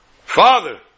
Father